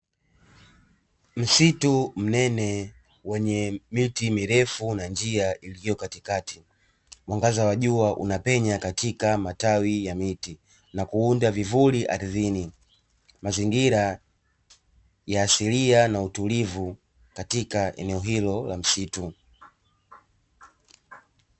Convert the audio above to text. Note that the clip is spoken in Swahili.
Msitu mnene wenye miti mirefu na njia iliyo katikakati, mwangaza wa jua unapenya katika matawi ya miti na kuunda vivuli ardhini mazingira ya asilia na utulivu katika eneo hilo la msitu.